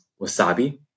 wasabi